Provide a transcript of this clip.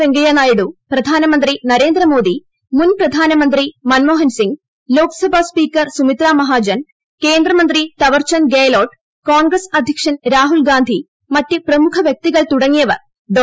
വെങ്കയ്യനായിഡു പ്രധാനമന്ത്രി നരേന്ദ്ര മോദി മുൻ പ്രധാനമന്ത്രി മൻമോഹൻ സിംഗ് ലോക്സഭ സ്പീക്കർ സുമിത്ര മഹാജൻ കേന്ദ്ര മന്ത്രി തവർചന്ദ് ഗെഹലോട്ട് കോൺഗ്രസ് അധ്യക്ഷൻ രാഹുൽ ഗാന്ധി മറ്റ് പ്രമുഖ വ്യക്തികൾ തുടങ്ങിയവർ ഡോ